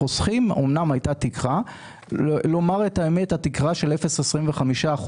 אומנם הייתה תקרה של 0.25%,